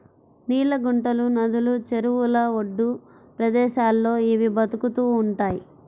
నీళ్ళ గుంటలు, నదులు, చెరువుల ఒడ్డు ప్రదేశాల్లో ఇవి బతుకుతూ ఉంటయ్